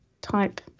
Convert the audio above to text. type